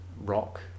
rock